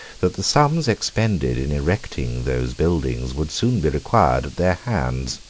that the sums expended in erecting those buildings would soon be required at their hands.